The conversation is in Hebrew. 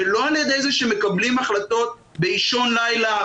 ולא על ידי זה שמקבלים החלטות באישון לילה,